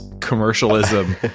commercialism